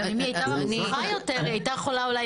אם היא הייתה מרוויחה יותר היא הייתה יכולה אולי